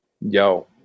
yo